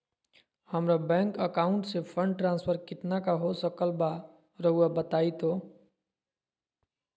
हमरा bank account से fund transfer कितना का हो सकल बा रुआ बताई तो?